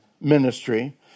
ministry